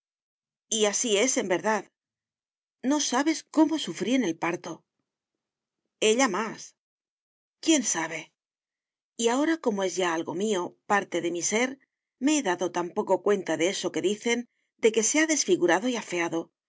y así es en verdad no sabes cómo sufrí en el parto ella más quién sabe y ahora como es ya algo mío parte de mi ser me he dado tan poco cuenta de eso que dicen de que se ha desfigurado y afeado